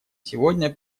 сегодня